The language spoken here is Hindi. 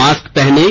मास्क पहनें